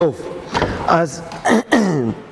טוב, אז...